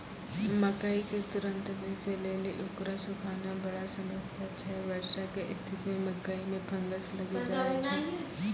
मकई के तुरन्त बेचे लेली उकरा सुखाना बड़ा समस्या छैय वर्षा के स्तिथि मे मकई मे फंगस लागि जाय छैय?